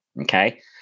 Okay